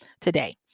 today